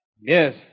Yes